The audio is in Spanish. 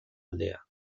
aldea